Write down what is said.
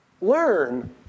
learn